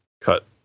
cut